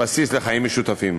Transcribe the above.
בסיס לחיים משותפים.